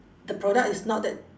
the product is not that